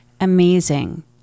amazing